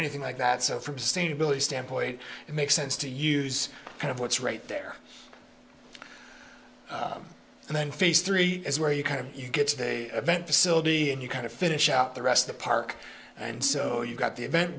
anything like that so from sustainability standpoint it makes sense to use kind of what's right there and then face three is where you kind of you get to day event facility and you kind of finish out the rest of the park and so you've got the event